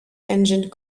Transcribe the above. engined